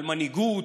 על מנהיגות,